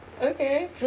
okay